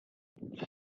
during